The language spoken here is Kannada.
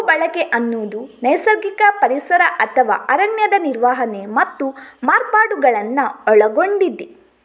ಭೂ ಬಳಕೆ ಅನ್ನುದು ನೈಸರ್ಗಿಕ ಪರಿಸರ ಅಥವಾ ಅರಣ್ಯದ ನಿರ್ವಹಣೆ ಮತ್ತು ಮಾರ್ಪಾಡುಗಳನ್ನ ಒಳಗೊಂಡಿದೆ